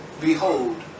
behold